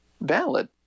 valid